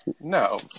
No